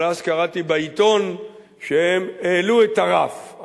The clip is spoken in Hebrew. אבל אז קראתי בעיתון שהם העלו את הרף,